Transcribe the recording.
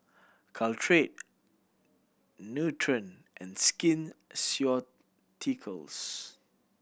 Caltrate Nutren and Skin Ceuticals